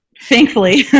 Thankfully